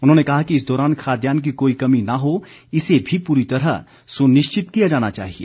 उन्होंने कहा कि इस दौरान खाद्यान्न की कोई कमी न हो इसे भी पूरी तरह सुनिश्चित किया जाना चाहिए